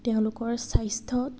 তেওঁলোকৰ স্বাস্থ্যত